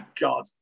God